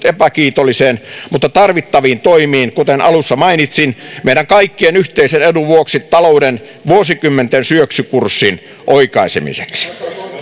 epäkiitollisiin mutta tarvittaviin toimiin kuten alussa mainitsin meidän kaikkien yhteisen edun vuoksi talouden vuosikymmenten syöksykurssin oikaisemiseksi